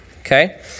Okay